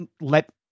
let